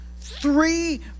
Three